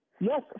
Yes